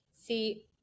See